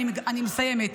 אני מסיימת.